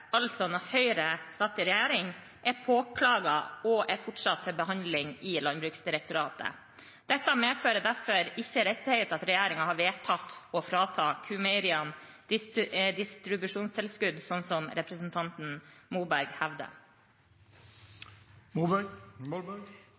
altså da Høyre satt i regjering, er påklaget og er fortsatt til behandling i Landbruksdirektoratet. Det medfører derfor ikke riktighet at regjeringen har vedtatt å frata Q-meieriene distribusjonstilskudd, sånn som representanten Molberg hevder.